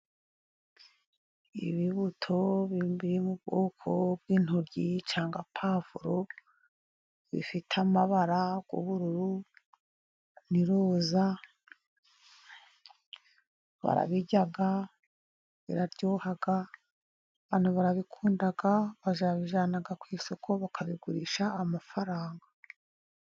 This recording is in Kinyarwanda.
Ibibuto bibumbiye mu bwoko bw'intoryi cyangwa pwavuro, bifite amabara y'ubururu, ni roza, barabirya biraryoha, abantu barabikunda bakabijyana ku isoko bakabigurisha amafaranga.